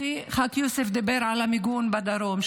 אחי ח"כ יוסף דיבר על המיגון בדרום,